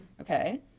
okay